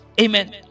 Amen